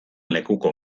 lekuko